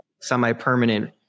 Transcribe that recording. semi-permanent